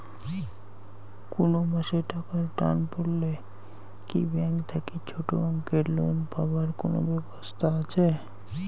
কুনো মাসে টাকার টান পড়লে কি ব্যাংক থাকি ছোটো অঙ্কের লোন পাবার কুনো ব্যাবস্থা আছে?